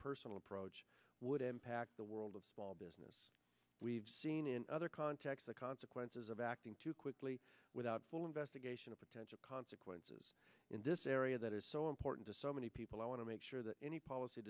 personal approach would impact the world of small business we've seen in other contexts the consequences of acting too quickly without full investigation of potential consequences in this area that is so important to so many people i want to make sure that any policy